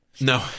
No